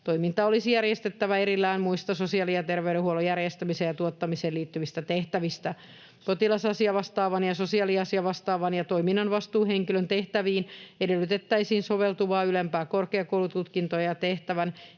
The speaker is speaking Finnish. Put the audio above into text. toiminta olisi järjestettävä erillään muista sosiaali- ja terveydenhuollon järjestämiseen ja tuottamiseen liittyvistä tehtävistä. Potilasasiavastaavan, sosiaaliasiavastaavan ja toiminnan vastuuhenkilön tehtäviin edellytettäisiin soveltuvaa ylempää korkeakoulututkintoa ja tehtävän